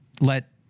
let